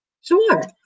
Sure